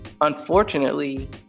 unfortunately